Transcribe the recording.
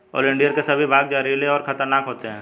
oleander के सभी भाग जहरीले और खतरनाक होते हैं